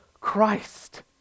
Christ